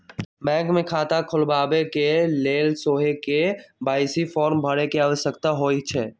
bank मे खता खोलबाबेके लेल सेहो के.वाई.सी फॉर्म भरे के आवश्यकता होइ छै